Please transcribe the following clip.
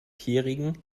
jährigen